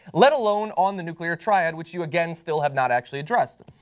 let alone on the nuclear triad which you again, still have not actually addressed.